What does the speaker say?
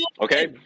okay